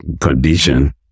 condition